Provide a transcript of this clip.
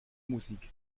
musik